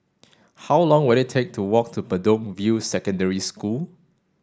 how long will it take to walk to Bedok View Secondary School